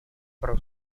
pro